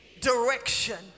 direction